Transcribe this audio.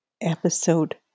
episode